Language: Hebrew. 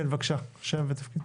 כן, בבקשה, שם ותפקיד.